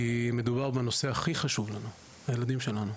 כי מדובר בנושא הכי חשוב לנו, הילדים שלנו.